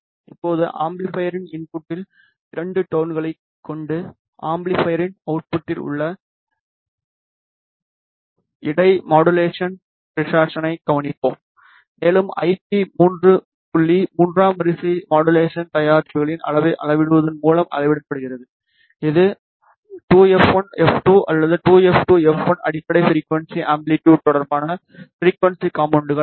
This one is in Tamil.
இப்போது அம்பிளிபைரின் இன்புட்டில் இரண்டு டோன்களைக் கொண்டு அம்பிளிபைரின் அவுட்புட்டில் உள்ள இடை மாடுலேஷன் டிசார்ட்சனை கவனிப்போம் மேலும் ஐபி 3 புள்ளி மூன்றாம் வரிசை மாடுலேஷன் தயாரிப்புகளின் அளவை அளவிடுவதன் மூலம் அளவிடப்படுகிறது இது 2f1 f2 அல்லது 2f2 f1 அடிப்படை ஃபிரிக்குவன்ஸி அம்பிலிட்டுட் தொடர்பான ஃபிரிக்குவன்ஸி காம்போனென்ட்கள் ஆகும்